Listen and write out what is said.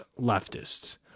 leftists